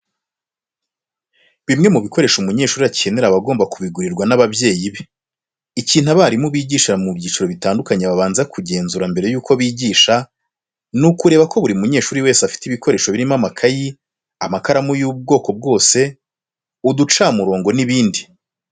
Bimwe mu bikoresho umunyeshuri akenera aba agomba kubigurirwa n'ababyeyi be. Ikintu abarimu bigisha mu byiciro bitandukanye babanza kugenzura mbere yuko bigisha, ni ukureba ko buri munyeshuri wese afite ibikoresho birimo amakayi, amakaramu y'ubwoko bwose, uducamurongo n'ibindi.